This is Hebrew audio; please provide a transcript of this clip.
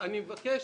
אני מבקש